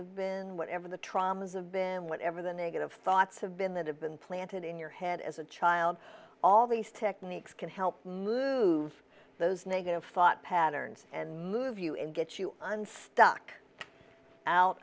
of been whatever the traumas of been whatever the negative thoughts have been that have been planted in your head as a child all these techniques can help move those negative thought patterns and move you and get you and stuck out